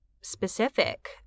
specific